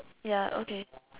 ya okay